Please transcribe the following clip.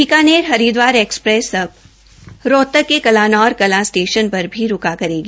Bikaner Haridwar express अब रोहतक के Kalanaur Kalan station पर भी रूका करेगी